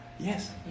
Yes